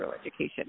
Education